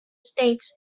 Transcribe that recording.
states